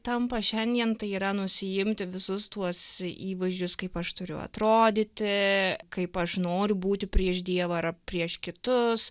tampa šiandien tai yra nusiimti visus tuos įvaizdžius kaip aš turiu atrodyti kaip aš noriu būti prieš dievą ar prieš kitus